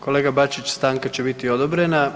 Kolega Bačić stanka će biti odobrena.